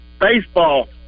baseball